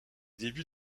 débuts